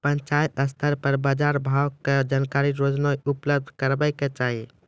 पंचायत स्तर पर बाजार भावक जानकारी रोजाना उपलब्ध करैवाक चाही?